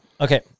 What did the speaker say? Okay